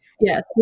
Yes